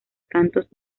cantos